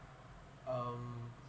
um